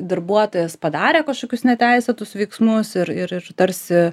darbuotojas padarė kažkokius neteisėtus veiksmus ir ir ir tarsi